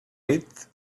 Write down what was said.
eighth